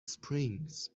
springs